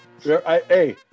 hey